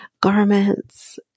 garments